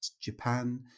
Japan